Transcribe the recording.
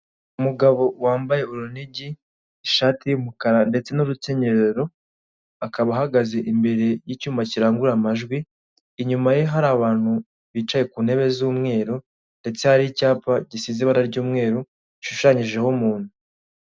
Umugabo wambaye urunigi ishati y'umukara ndetse n'urukenyerero, akaba ahagaze imbere y'icyuma kirangurura amajwi, inyuma ye hari abantu bicaye ku ntebe z'umweru ndetse hari icyapa gisize ibara ry'umweru rishushanyijeho umuntu.